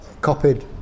copied